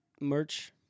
Merch